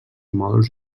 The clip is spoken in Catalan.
mòduls